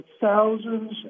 thousands